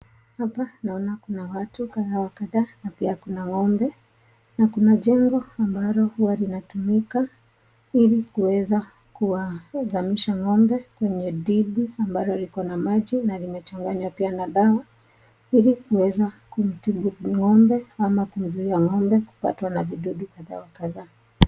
Hapa naona kuna watu kadhaa wa kadhaa na pia kuna ngombe na kuna jengo ambalo huwa linatumika ili kuweza kuwazamisha ngombe kwenye cs dip cs ambalo liko na maji yamechanganywa pia na dawa, ili kuweza kumtibu ngombe ama kumzuia ngombe kupatwa na wadudu kadhaa wa kadhaa.